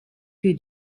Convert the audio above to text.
für